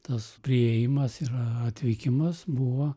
tas priėjimas ir atvykimas buvo